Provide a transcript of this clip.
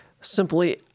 simply